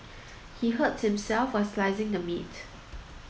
he hurt himself while slicing the meat